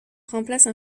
remplace